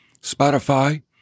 Spotify